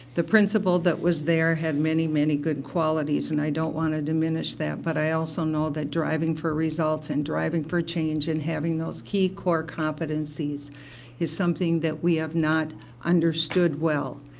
the principal that was there had many, many good qualities, and i don't want to diminish that. but i also know that driving for results and driving for change and having those key core competencies is something that we have not understood well.